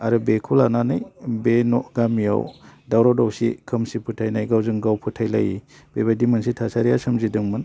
आरो बेखौ लानानै बे न' गामिआव दावराव दावसि खोमसि फोथायनाय गावजों गाव फोथायलायि बे बायदि मोनसे थासारिया सोमजिदोंमोन